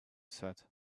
said